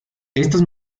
estas